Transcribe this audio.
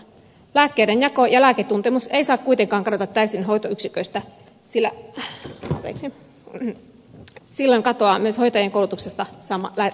lääkkeiden jako ja lääketuntemus eivät saa kuitenkaan kadota täysin hoitoyksiköistä sillä silloin katoaa myös hoitajien koulutuksesta lääkehoitotaito